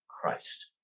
Christ